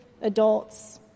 adults